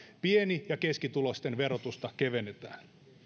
pieni ja keskituloisten verotusta kevennetään